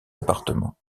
appartements